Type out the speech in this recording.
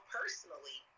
personally